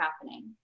happening